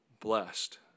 blessed